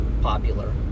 popular